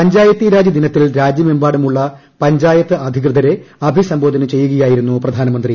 പഞ്ചായത്തീരാജ് ഭിന്നത്തിൽ രാജ്യമെമ്പാടുമുള്ള പഞ്ചായത്ത് അധികൃതരെ അഭിസ്ഥർബോധന ചെയ്യുകയായിരുന്നു പ്രധാനമന്ത്രി